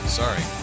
sorry